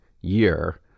year